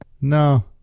No